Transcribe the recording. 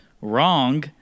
wrong